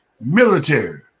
military